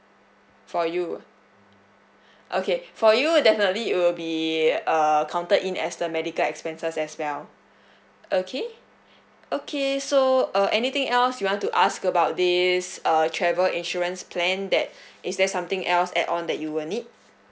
for you okay for you definitely it will be err counted in as the medical expenses as well okay okay so uh anything else you want to ask about this uh travel insurance plan that is there something else add on that you will need